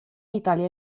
italia